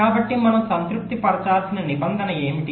కాబట్టి మనం సంతృప్తి పరచాల్సిన నిబంధన ఏమిటి